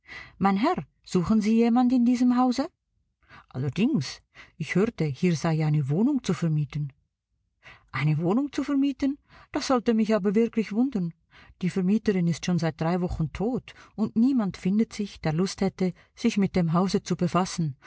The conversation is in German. mein herr suchen sie jemand in diesem hause allerdings ich hörte hier sei eine wohnung zu vermieten eine wohnung zu vermieten das sollte mich aber wirklich wundern die vermieterin ist schon seit drei wochen tot und niemand findet sich der lust hätte sich mit dem hause zu befassen